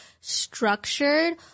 structured